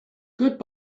good